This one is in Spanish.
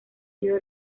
sido